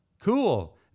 cool